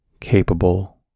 capable